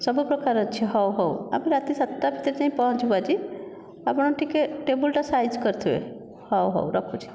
ସବୁ ପ୍ରକାର ଅଛି ହେଉ ହେଉ ଆମେ ରାତି ସାତଟା ଭିତରେ ପହଞ୍ଚିବୁ ଆଜି ଆପଣ ଟିକିଏ ଟେବୁଲଟା ସାଇଜ୍ କରିଥିବେ ହେଉ ହେଉ ରଖୁଛି